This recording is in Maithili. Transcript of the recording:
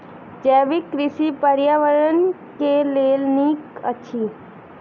जैविक कृषि पर्यावरण के लेल नीक अछि